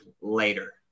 later